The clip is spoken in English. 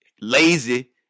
lazy